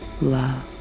love